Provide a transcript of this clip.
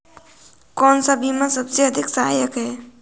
कौन सा बीमा सबसे अधिक सहायक है?